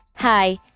Hi